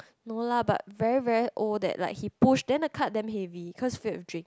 no lah but very very old that like he push then the cart damn heavy cause filled with drinks